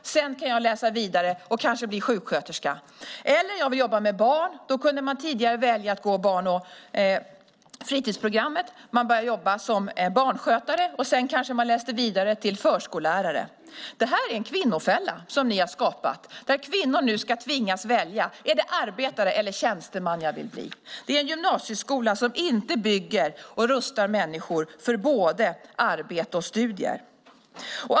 Sedan kan jag läsa vidare och kanske bli sjuksköterska. Och den som tidigare ville jobba med barn kunde välja barn och fritidsprogrammet. Man började jobba som barnskötare. Kanske läste man senare vidare till förskollärare. Det är en kvinnofälla som ni har skapat. Kvinnor ska nu tvingas välja: Är det arbetare eller tjänsteman jag vill bli? Det handlar om en gymnasieskola som inte rustar människor för både arbete och studier.